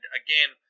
again